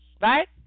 right